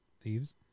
thieves